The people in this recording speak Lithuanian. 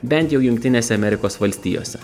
bent jau jungtinėse amerikos valstijose